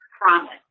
promise